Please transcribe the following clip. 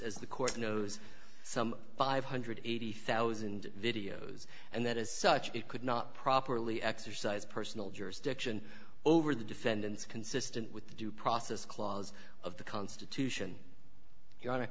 as the court knows some five hundred and eighty thousand videos and that as such it could not properly exercise personal jurisdiction over the defendants consistent with the due process clause of the constitution